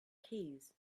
keys